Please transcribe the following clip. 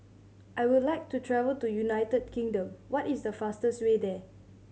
I would like to travel to United Kingdom what is the fastest way there